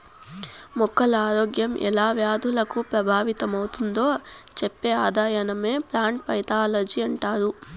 మొక్కల ఆరోగ్యం ఎలా వ్యాధులకు ప్రభావితమవుతుందో చెప్పే అధ్యయనమే ప్లాంట్ పైతాలజీ అంటారు